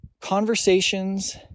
Conversations